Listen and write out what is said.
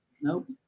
nope